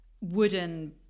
wooden